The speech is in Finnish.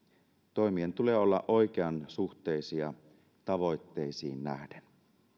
toimien tulee olla oikeansuhteisia tavoitteisiin nähden